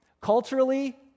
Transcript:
culturally